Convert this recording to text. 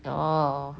oh